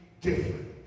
different